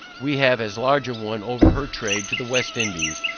we have as large a one over her trade to the west indies,